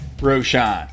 Roshan